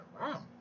wow